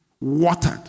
watered